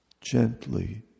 gently